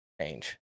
change